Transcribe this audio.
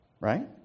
Right